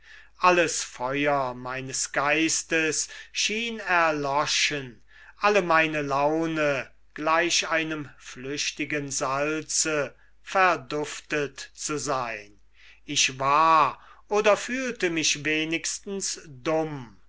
alles feuer meines geistes schien erloschen alle meine laune gleich einem flüchtigen salze verduftet ich war dumm